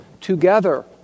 together